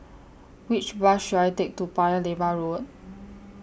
Which Bus should I Take to Paya Lebar Road